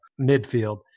midfield